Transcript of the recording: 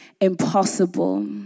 impossible